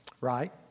Right